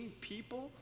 people